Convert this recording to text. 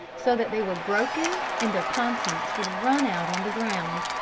so that they were broken and their contents would run out on the ground.